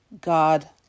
God